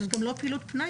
זאת גם לא פעילות פנאי,